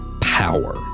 power